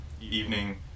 evening